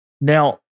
Now